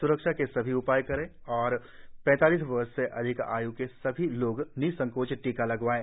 स्रक्षा के सभी उपायों का पालन करें और पैतालीस वर्ष से अधिक आय् के सभी लोग निसंकोच टीका लगवाएं